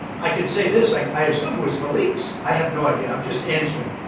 i can say this like i assume it was for leaks. i have no idea. i'm just answering.